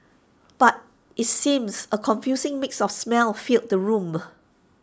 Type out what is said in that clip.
but IT seems A confusing mix of smells filled the room